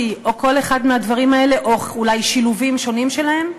או כל אחד מהדברים האלה או אולי שילובים שונים שלהם,